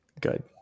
Good